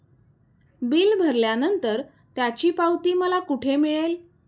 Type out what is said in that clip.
Bill भरल्यानंतर त्याची पावती मला कुठे मिळेल?